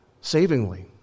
savingly